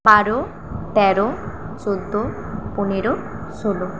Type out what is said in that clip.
বারো তেরো চৌদ্দো পনেরো ষোলো